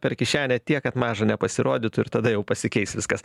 per kišenę tiek kad maža nepasirodytų ir tada jau pasikeis viskas